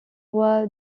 roi